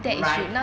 right